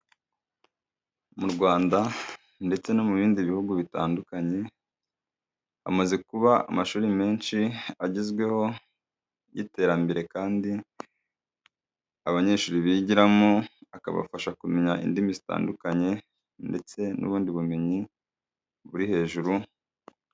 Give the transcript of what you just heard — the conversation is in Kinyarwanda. Mu Rwanda ndetse no mu bindi bihugu bitandukanye, hamaze kuba amashuri menshi agezweho y'iterambere kandi abanyeshuri bigiramo akabafasha kumenya indimi zitandukanye ndetse n'ubundi bumenyi buri hejuru.